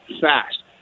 fast